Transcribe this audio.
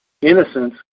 innocence